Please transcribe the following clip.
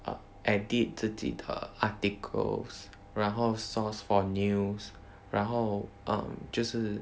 uh edit 自己的 articles 然后 source for news 然后 uh 就是